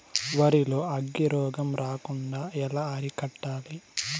వరి లో అగ్గి రోగం రాకుండా ఎలా అరికట్టాలి?